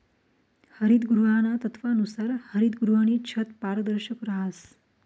हरितगृहाना तत्वानुसार हरितगृहनी छत पारदर्शक रहास